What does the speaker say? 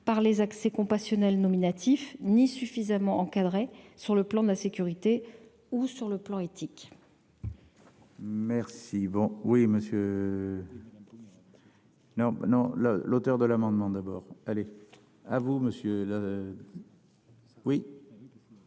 par les accès compassionnel nominatif ni suffisamment encadré sur le plan de la sécurité ou sur le plan éthique. Merci bon oui, monsieur, non, non, l'auteur de l'amendement d'abord aller à vous monsieur le oui.